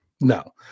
No